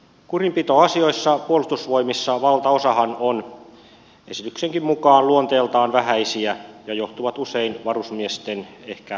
kurinpitoasioista puolustusvoimissa valtaosahan on esityksenkin mukaan luonteeltaan vähäisiä ja johtuu usein ehkä varusmiesten ajattelemattomuudestakin